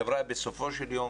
חבריה, בסופו של יום